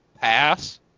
pass